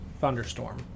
thunderstorm